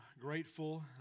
grateful